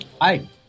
Hi